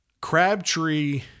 Crabtree